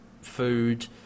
food